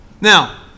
Now